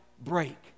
break